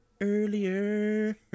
Earlier